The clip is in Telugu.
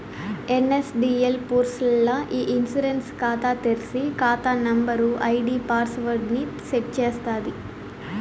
ఎన్.ఎస్.డి.ఎల్ పూర్స్ ల్ల ఇ ఇన్సూరెన్స్ కాతా తెర్సి, కాతా నంబరు, ఐడీ పాస్వర్డ్ ని సెట్ చేస్తాది